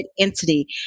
entity